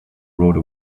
rode